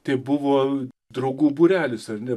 tai buvo draugų būrelis ar ne